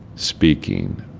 speaking